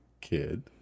kid